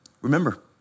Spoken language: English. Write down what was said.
Remember